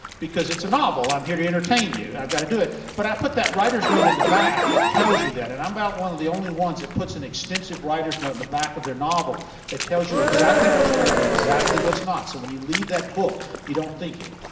because it's a novel. i'm here to entertain you. i've gotta do it. but i put that writer's note in the back that tells you that. and i'm about one of the only ones that puts an extensive writers note in the back of their novel that tells you exactly what's real and exactly what's not, so when you leave that book, you don't think it.